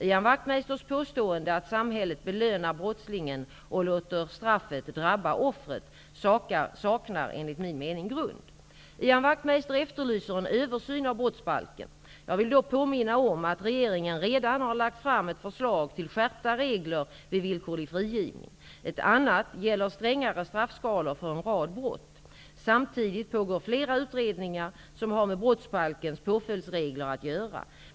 Ian Wachtmeisters påstående, att samhället belönar brottslingen och låter straffet drabba offret, saknar enligt min mening grund. Ian Wachtmeister efterlyser en översyn av brottsbalken. Jag vill då påminna om att regeringen redan har lagt fram ett förslag till skärpta regler vid villkorlig frigivning. Ett annat gäller strängare straffskalor för en rad brott. Samtidigt pågår flera utredningar som har med brottsbalkens påföljdsregler att göra.